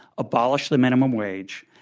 abolish the minimum wage.